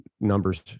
numbers